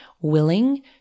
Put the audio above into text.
willing